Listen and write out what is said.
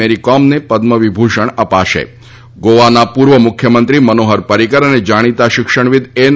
મરિકોમન પદ્મ વિભૂષણ અપાશ ગોવાના પૂર્વ મુખ્યમંત્રી મનોહર પારિકર અન જાણીત શિક્ષણવિદ એન